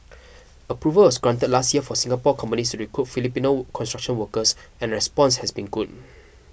approval was granted last year for Singapore companies to recruit Filipino construction workers and response has been good